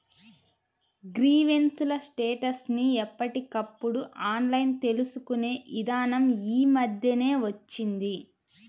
grievance ల status ని ఎప్పటికప్పుడు ఆన్లైన్ తెలుసుకునే ఇదానం యీ మద్దెనే వచ్చింది